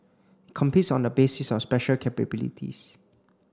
it competes on the basis of special capabilities